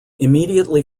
immediately